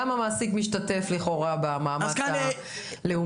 גם המעסיק משתתף לכאורה במאמץ הלאומי.